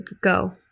go